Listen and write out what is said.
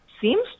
seems